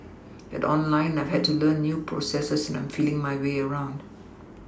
at online I have to learn new processes and am feeling my way around